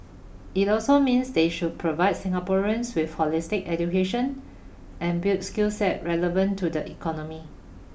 it also means they should provide Singaporeans with holistic education and build skill set relevant to the economy